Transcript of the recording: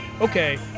okay